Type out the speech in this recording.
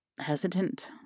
hesitant